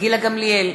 גילה גמליאל,